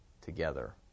together